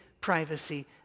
privacy